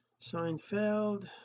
Seinfeld